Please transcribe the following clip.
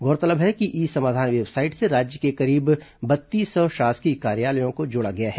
गौरतलब है कि ई समाधान वेबसाइट से राज्य के करीब बत्तीस सौ शासकीय कार्यालयों को जोड़ा गया है